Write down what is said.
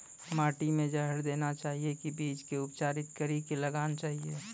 माटी मे जहर देना चाहिए की बीज के उपचारित कड़ी के लगाना चाहिए?